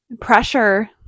pressure